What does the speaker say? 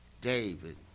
David